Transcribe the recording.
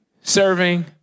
serving